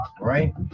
right